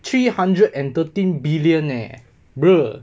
three hundred and thirteen billionaire eh brah